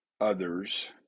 others